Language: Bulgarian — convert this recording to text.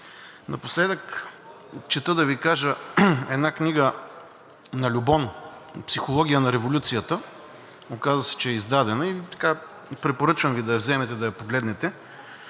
Напоследък чета, да Ви кажа, една книга на Льобон –„Психология на революцията“. Оказа се, че е издадена и препоръчвам Ви да я вземете да я погледнете.